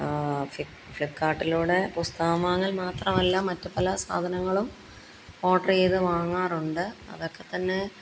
ഫ്ലി ഫ്ലിപ്കാർട്ടിലൂടെ പുസ്തകം വാങ്ങൽ മാത്രമല്ലാ മറ്റു പല സാധനങ്ങളും ഓർഡർ ചെയ്തു വാങ്ങാറുണ്ട് അതൊക്കെത്തന്നെ